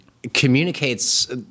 communicates